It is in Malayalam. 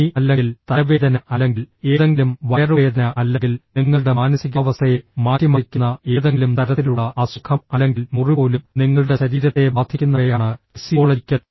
പനി അല്ലെങ്കിൽ തലവേദന അല്ലെങ്കിൽ ഏതെങ്കിലും വയറുവേദന അല്ലെങ്കിൽ നിങ്ങളുടെ മാനസികാവസ്ഥയെ മാറ്റിമറിക്കുന്ന ഏതെങ്കിലും തരത്തിലുള്ള അസുഖം അല്ലെങ്കിൽ മുറി പോലും നിങ്ങളുടെ ശരീരത്തെ ബാധിക്കുന്നവയാണ് ഫിസിയോളജിക്കൽ